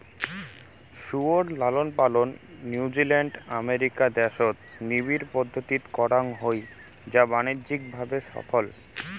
শুয়োর লালনপালন New Zealand, America দ্যাশত নিবিড় পদ্ধতিত করাং হই যা বাণিজ্যিক ভাবে সফল